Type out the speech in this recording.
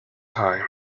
time